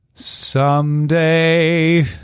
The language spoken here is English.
Someday